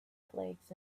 flakes